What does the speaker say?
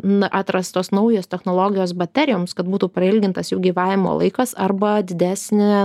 na atrastos naujos technologijos baterijoms kad būtų prailgintas jų gyvavimo laikas arba didesnė